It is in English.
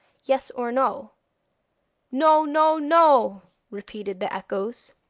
yes or no no, no, no repeated the echoes.